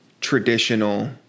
traditional